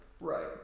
Right